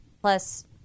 plus